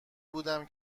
بودم